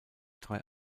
drei